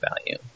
value